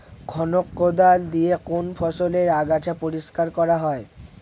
খনক কোদাল দিয়ে কোন ফসলের আগাছা পরিষ্কার করা হয়?